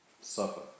supper